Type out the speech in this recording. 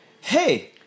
Hey